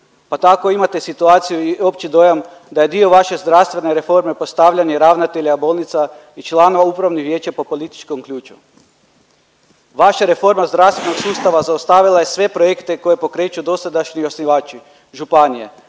pa tako imate situaciju i opći dojam da je dio vaše zdravstvene reforme postavljanje ravnatelja bolnica i člana Upravnih vijeća po političkom ključu. Vaša reforma zdravstvenog sustava zaustavila je sve projekte koje pokreću dosadašnji osnivači županije,